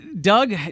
Doug